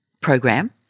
program